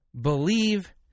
believe